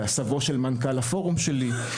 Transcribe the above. סבו של מנכ"ל הפורום שלי,